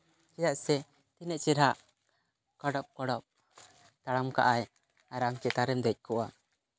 ᱪᱮᱫᱟᱜ ᱥᱮ ᱛᱤᱱᱟᱹᱜ ᱪᱮᱦᱨᱟ ᱠᱟᱲᱚᱯ ᱠᱟᱲᱚᱯ ᱛᱟᱲᱟᱢ ᱠᱟᱜᱼᱟᱭ ᱟᱨ ᱟᱢ ᱪᱮᱛᱟᱱ ᱨᱮᱢ ᱫᱮᱡ ᱠᱚᱜᱼᱟ